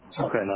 Okay